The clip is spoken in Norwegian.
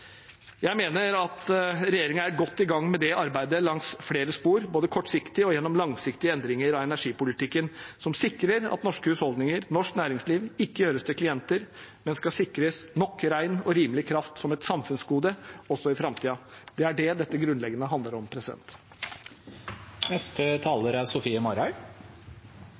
Jeg mener at regjeringen er godt i gang med det arbeidet langs flere spor, både på kort sikt og gjennom langsiktige endringer av energipolitikken, som sikrer at norske husholdninger og norsk næringsliv ikke gjøres til klienter, men skal sikres nok ren og rimelig kraft som et samfunnsgode også i framtiden. Det er det dette grunnleggende handler om. Det er